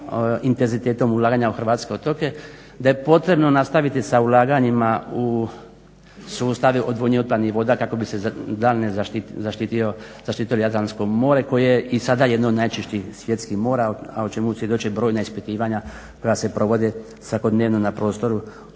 intenzitetom ulaganja u Hrvatske otoke. Da je potrebno nastaviti sa ulaganjima u sustav odvodnje otpadnih voda kako bi se daljnje zaštitilo Jadransko more koje je i sada jedno od najčišćih svjetskim mora, a o čemu svjedoče brojna ispitivanja koja se provode svakodnevno na prostoru